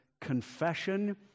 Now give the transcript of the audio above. confession